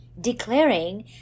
declaring